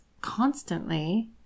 constantly